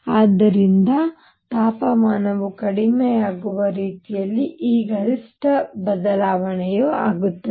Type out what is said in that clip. ಆದ್ದರಿಂದ ತಾಪಮಾನವು ಕಡಿಮೆಯಾಗುವ ರೀತಿಯಲ್ಲಿ ಈ ಗರಿಷ್ಠ ಬದಲಾವಣೆಯು ಆಗುತ್ತದೆ